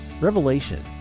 Revelation